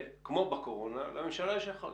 אני מזהה שם בעיה שלו ימשכו אחד